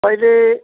पहिले